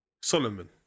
Solomon